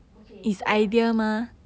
okay so right